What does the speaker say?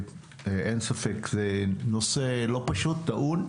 אין ספק, זה נושא לא פשוט, טעון.